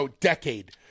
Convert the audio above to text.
decade